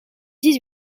dix